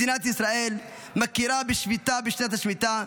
מדינת ישראל מכירה בשביתה בשנת השמיטה,